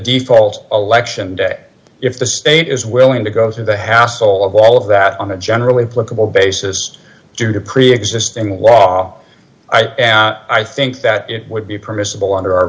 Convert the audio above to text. default election day if the state is willing to go through the hassle of all of that on a generally applicable basis due to preexisting law i i think that it would be permissible under our